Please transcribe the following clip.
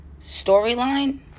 storyline